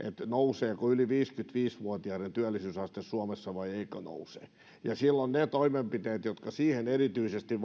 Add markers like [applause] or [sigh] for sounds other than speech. nouseeko yli viisikymmentäviisi vuotiaiden työllisyysaste suomessa vai eikö nouse silloin ne toimenpiteet jotka siihen erityisesti [unintelligible]